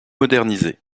modernisé